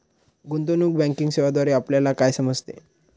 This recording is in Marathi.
गुंतवणूक बँकिंग सेवांद्वारे आपल्याला काय समजते?